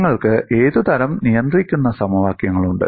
നിങ്ങൾക്ക് ഏതുതരം നിയന്ത്രിക്കുന്ന സമവാക്യങ്ങളുണ്ട്